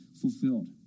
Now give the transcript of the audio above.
fulfilled